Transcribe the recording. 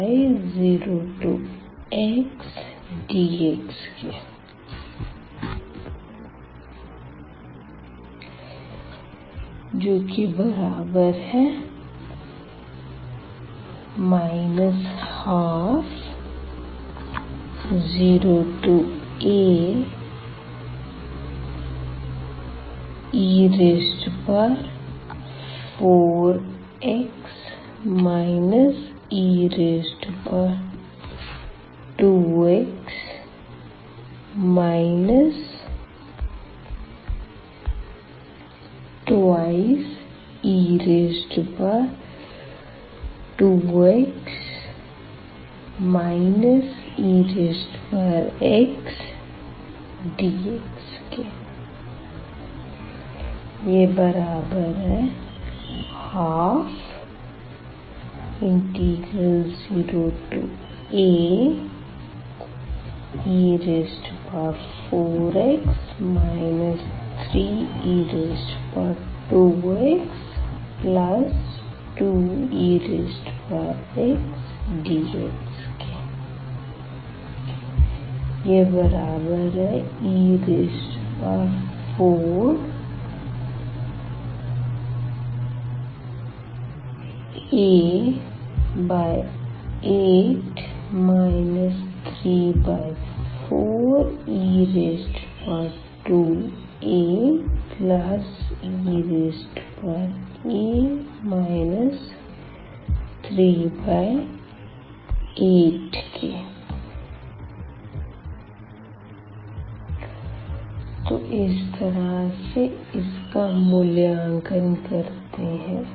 0xdx120ae4x e2x 2e2x exdx 120ae4x 3e2x2exdxe4a8 34e2aea 38 तो इस तरह से इसका मूल्यांकन करते है